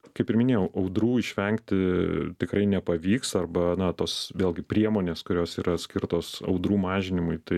kaip ir minėjau audrų išvengti tikrai nepavyks arba na tos vėlgi priemonės kurios yra skirtos audrų mažinimui tai